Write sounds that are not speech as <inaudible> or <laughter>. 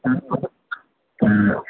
<unintelligible>